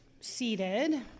seated